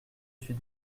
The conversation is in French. suis